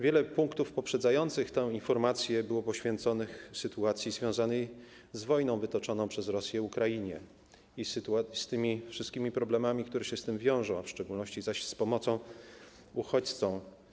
Wiele punktów poprzedzających tę informację było poświęconych sytuacji związanej z wojną wytoczoną przez Rosję Ukrainie i z tymi wszystkimi problemami, które z tym się wiążą, a w szczególności z pomocą uchodźcom.